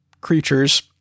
creatures